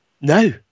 no